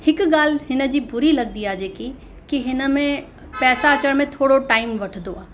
हिकु ॻाल्हि हिन जी बुरी लॻंदी आहे जेकी की हिन में पैसा अचण में थोरो टाइम वठंदो आहे